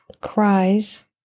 cries